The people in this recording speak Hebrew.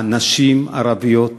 נשים ערביות